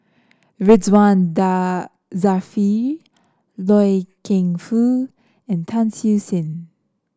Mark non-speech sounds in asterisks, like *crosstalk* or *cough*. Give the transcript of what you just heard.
Ridzwan *unintelligible* Dzafir Loy Keng Foo and Tan Siew Sin